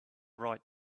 right